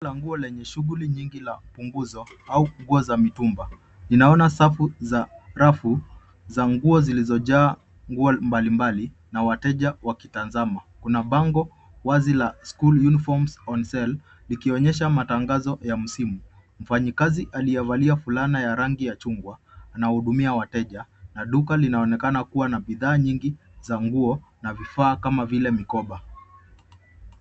Soko la nguo lenye shughuli nyingi la upunguzo au nguo za mtumba. Tunaona safu za rafu z anguo zilizojaa nguo mbalimbali na wayeja wakitazama. Kuna bango wazi la school uniforms on sale likionyesha matangazo ya msimu. Mfanyakazi aliyevalia fulana ya rangi ya chungwa anawahudumia wateja na duka linaonekana kuwa na bidhaa nyingi za nguo na vifaa kama vile mikoba.